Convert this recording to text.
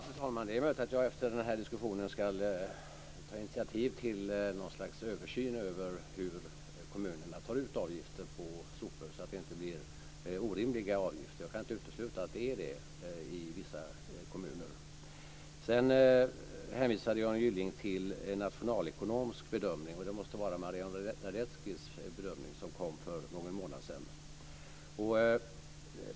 Fru talman! Det är möjligt att jag efter den här diskussionen ska ta initiativ till något slags översyn av hur kommunerna tar ut avgifter på sopor så att de inte blir orimliga. Jag kan inte utesluta att de är det i vissa kommuner. Johnny Gylling hänvisade till en nationalekonomisk bedömning. Det måste vara Marian Radetskis bedömning, som kom för någon månad sedan.